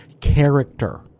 Character